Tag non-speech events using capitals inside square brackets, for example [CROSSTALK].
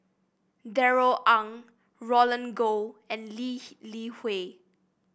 Darrell Ang Roland Goh and Lee [UNINTELLIGIBLE] Li Hui